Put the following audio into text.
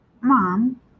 Mom